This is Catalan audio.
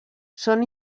són